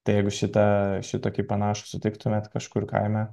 tai jeigu šitą šitokį panašų sutiktumėt kažkur kaime